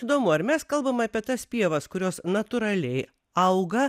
įdomu ar mes kalbam apie tas pievas kurios natūraliai auga